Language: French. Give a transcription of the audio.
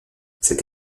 cette